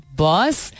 boss